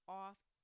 off